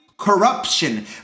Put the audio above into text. corruption